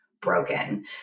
broken